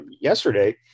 yesterday